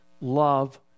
love